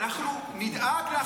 אנחנו נדאג להחזיר את החטופים הביתה.